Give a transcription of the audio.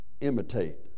imitate